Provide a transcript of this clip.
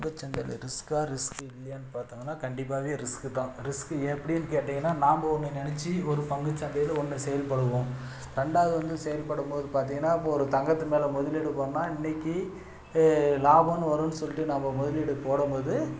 பங்குச்சந்தையில் ரிஸ்க்கா ரிஸ்க்கு இல்லையான்னு பாத்தீங்கன்னா கண்டிப்பாகவே ரிஸ்க்கு தான் ரிஸ்க்கு எப்படின்னு கேட்டிங்கன்னா நாம் ஒன்று நெனைச்சி ஒரு பங்கு சந்தையில் ஒன்று செயல்படுவோம் ரெண்டாவது வந்து செயல்படும்போது பார்த்திங்கனா இப்போ ஒரு தங்கத்து மேலே முதலீடு போடுகிறேன்னா இன்னைக்கு லாபம்ன்னு வரும்ன்னு சொல்லிட்டு நம்ம முதலீடு போடும்போது